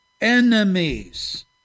enemies